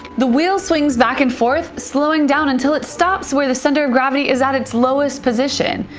the wheel swings back and forth, slowing down until it stops where the center of gravity is at its lowest position,